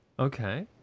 Okay